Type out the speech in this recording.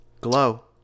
Glow